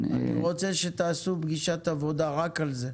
אני רוצה שתעשו פגישת עבודה רק על זה,